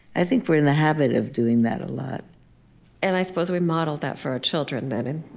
i think we're in the habit of doing that a lot and i suppose we model that for our children, but and